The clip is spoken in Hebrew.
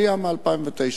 לעלייה מ-2009.